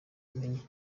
ubumenyi